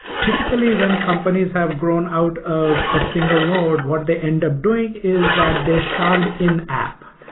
typically, when companies have grown out of a single node, what they end up doing is that they shard in app,